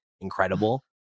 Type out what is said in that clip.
incredible